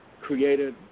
created